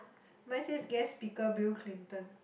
mine says guest speaker Bill-Clinton